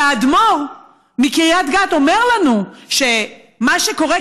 כשהאדמו"ר מקריית גת אומר לנו שמה שקורה